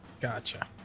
Gotcha